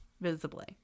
visibly